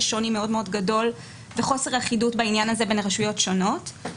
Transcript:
שוני מאוד מאוד גדול וחוסר אחידות בעניין הזה בין הרשויות השונות.